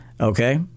Okay